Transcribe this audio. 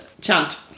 chant